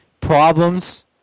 problems